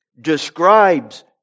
describes